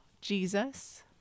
Jesus